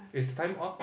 it's time up